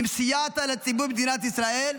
אם סייעת לציבור במדינת ישראל,